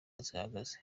zihagaze